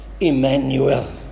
Emmanuel